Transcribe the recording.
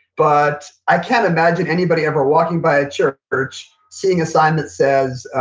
but i can't imagine anybody ever walking by a church church seeing a sign that says,